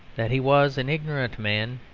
that he was an ignorant man,